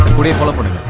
what are you blabbering?